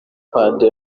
mphande